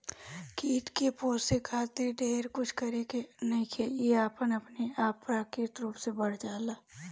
कीट के पोसे खातिर ढेर कुछ करे के नईखे इ अपना आपे प्राकृतिक रूप से बढ़ जाला